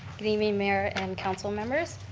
good evening mayor and council members.